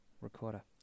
recorder